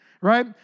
right